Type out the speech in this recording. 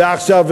ועכשיו,